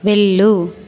వెళ్ళు